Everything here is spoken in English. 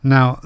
Now